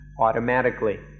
automatically